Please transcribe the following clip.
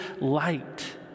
light